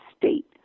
state